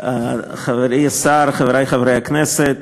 חברי השר, חברי חברי הכנסת,